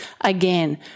again